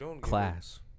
class